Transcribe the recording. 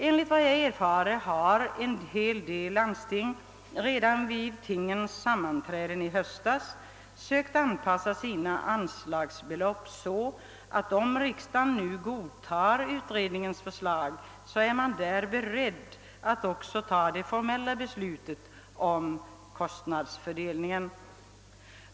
Enligt vad jag erfarit har en hel del landsting redan vid tingens sammanträden i höstas sökt anpassa sina anslagsbelopp så att man, om riksdagen nu godtar utredningens förslag, är beredd att också ta det formella beslutet om kostnadsfördelningen.